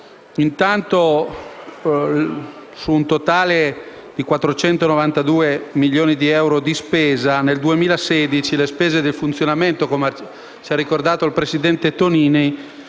Intanto, su un totale di 492 milioni di euro di spesa, nel 2016 le spese di funzionamento - come ci ha ricordato il presidente Tonini